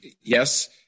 yes